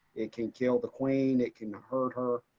it can kill the queen, it can hurt her.